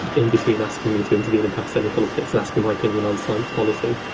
in between asking me to intervene in pakistani politics and asking my opinion on science policy.